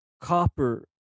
copper